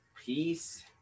peace